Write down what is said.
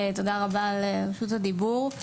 תודה רבה על רשות הדיבור.